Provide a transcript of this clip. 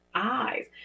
Eyes